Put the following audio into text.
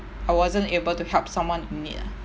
I wasn't able to help someone in need ah